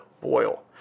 boil